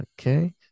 Okay